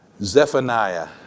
Zephaniah